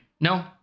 No